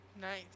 Nice